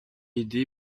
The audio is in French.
aidé